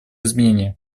изменения